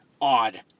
odd